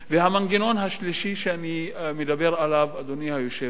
והמנגנון השלישי שאני מדבר עליו, אדוני היושב-ראש,